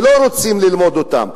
שלא רוצים ללמד אותם.